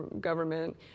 government